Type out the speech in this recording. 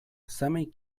same